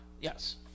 Yes